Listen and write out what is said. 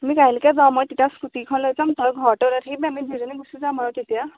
আমি কাইলেকে যাম মই তেতিয়া স্কুটিখন লৈ যাম তই ঘৰত ৰৈ থাকিবি আমি দুজনী গুচি যাম আৰু তেতিয়া